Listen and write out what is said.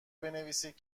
بنویسید